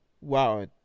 Wow